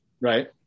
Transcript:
Right